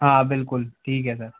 हाँ बिलकुल ठीक है सर